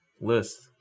list